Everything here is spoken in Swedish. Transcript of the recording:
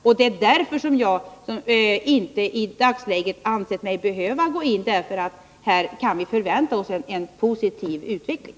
Jag anser mig i dagsläget inte behöva gå närmare in på detta, eftersom vi här kan förvänta oss en positiv utveckling.